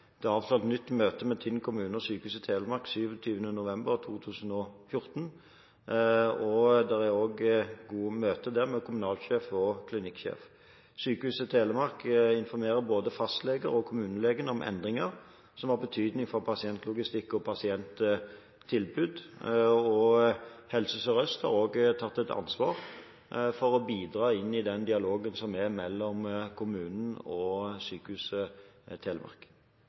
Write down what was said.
Det er avtalt nytt møte med Tinn kommune og Sykehuset Telemark 27. november 2014, og det er også gode møter der med kommunalsjef og klinikksjef. Sykehuset Telemark informerer både fastleger og kommunelegen om endringer som har betydning for pasientlogistikk og pasienttilbud, og Helse Sør-Øst har også tatt et ansvar for å bidra inn i den dialogen som er mellom kommunen og Sykehuset Telemark.